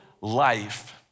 life